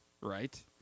Right